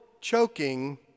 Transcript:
choking